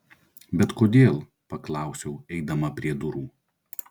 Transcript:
bet kodėl paklausiau eidama prie durų